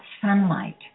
sunlight